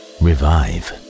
revive